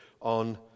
on